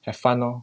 have fun lor